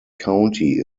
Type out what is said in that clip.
county